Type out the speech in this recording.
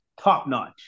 top-notch